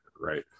Right